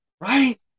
Right